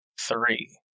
three